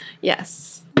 Yes